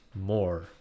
More